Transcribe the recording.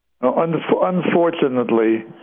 Unfortunately